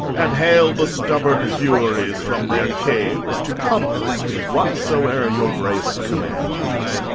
and hale the stubborn furies from their caves, to compass whatsoe'er your grace commands.